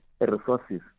resources